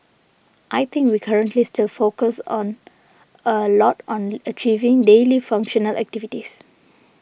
I think we currently still focus on a lot on achieving daily functional activities